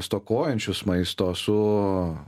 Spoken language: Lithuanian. stokojančius maisto su